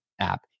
app